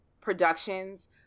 productions